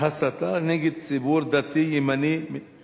הסתה נגד ציבור דתי-ימני-מתנחל.